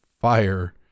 fire